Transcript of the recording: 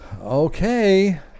Okay